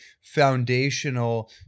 foundational